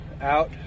out